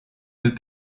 deux